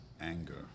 anger